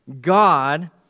God